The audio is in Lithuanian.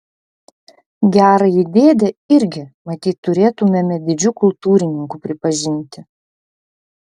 gerąjį dėdę irgi matyt turėtumėme didžiu kultūrininku pripažinti